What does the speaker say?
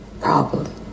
problem